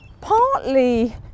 partly